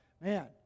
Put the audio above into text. man